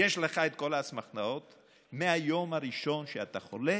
יש לך את כל האסמכתאות מהיום הראשון שאתה חולה,